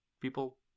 People